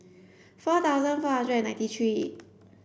four thousand four hundred and ninety three